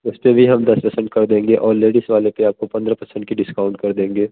इस पर भी हम दस परसेंट कर देंगे और लेडीस वाले पर आपको पंद्रह परसेंट का डिस्काउंट कर देंगे